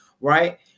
right